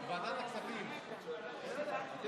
זה